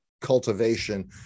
cultivation